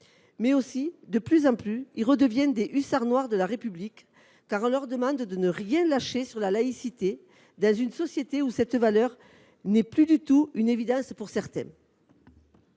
aussi, de plus en plus, des hussards noirs de la République, car on leur demande de ne rien lâcher sur la laïcité, dans une société où cette valeur n’est plus du tout une évidence pour certains.